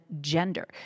gender